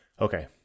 Okay